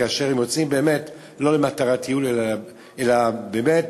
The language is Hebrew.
כאשר הם יוצאים לא למטרת טיול אלא באמת